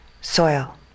soil